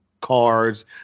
cards